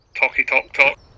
Talky-talk-talk